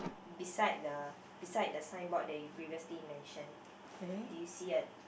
beside the beside the signboard that you previously mentioned did you see a